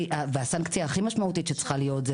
הסנקציה הכי משמעותית שצריכה להיות זו